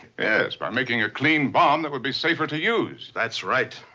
yes, by making a clean bomb that would be safer to use. that's right.